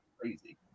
crazy